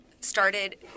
started